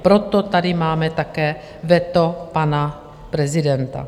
Proto tady máme také veto pana prezidenta.